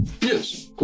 Yes